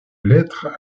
lettres